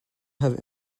have